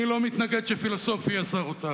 אני לא מתנגד שפילוסוף יהיה שר האוצר,